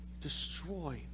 destroy